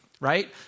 right